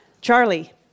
Charlie